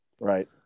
Right